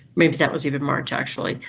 maybe that was even march actually.